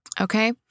okay